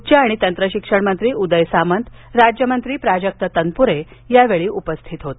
उच्च आणि तंत्र शिक्षण मंत्री उदय सामंत राज्यमंत्री प्राजक्त तनप्रे यावेळी उपस्थित होते